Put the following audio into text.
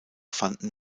fanden